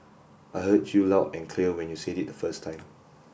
I heard you loud and clear when you said it the first time